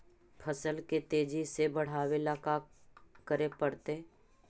फसल के तेजी से बढ़ावेला का करे पड़तई?